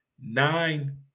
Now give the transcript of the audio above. nine